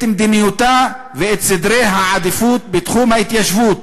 מדיניותה ואת סדרי העדיפות בתחום ההתיישבות,